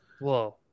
Whoa